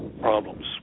problems